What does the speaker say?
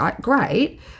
great